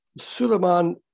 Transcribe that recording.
Suleiman